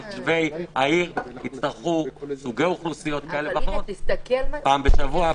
תושבי העיר ואוכלוסיות כאלה ואחרות יצטרכו פעם בשבוע,